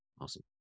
Awesome